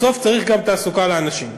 בסוף צריך גם תעסוקה לאנשים.